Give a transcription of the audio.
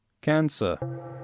Cancer